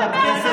בשקט,